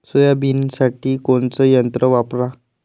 सोयाबीनसाठी कोनचं यंत्र वापरा?